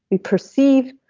we perceive,